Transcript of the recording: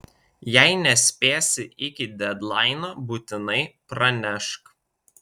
jei nespėsi iki dedlaino būtinai pranešk